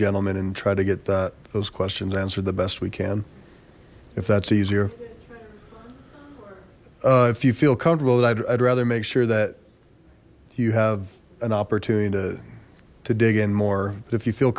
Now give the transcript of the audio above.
gentlemen and try to get that those questions answered the best we can if that's easier if you feel comfortable and i'd rather make sure that you have an opportunity to to dig in more if you feel